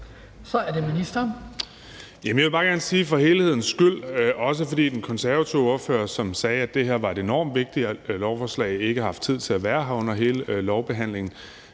Så er det ministeren.